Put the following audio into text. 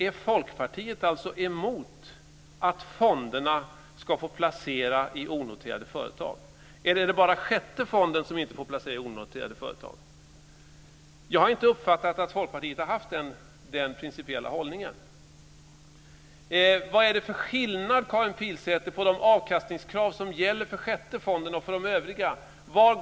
Är Folkpartiet alltså emot att fonderna ska få placera i onoterade företag, eller är det bara sjätte fonden som inte får placera i onoterade företag? Jag har inte uppfattat att Folkpartiet har haft den principiella hållningen. Vad är det för skillnad, Karin Pilsäter, på de avkastningskrav som gäller för sjätte fonden och de som gäller för de övriga?